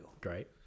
great